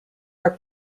are